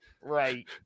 Right